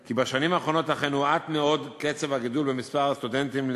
כי בשנים האחרונות אכן הואט מאוד קצב הגידול במספר הסטודנטים,